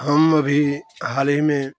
हम अभी हाल ही में